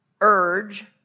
urge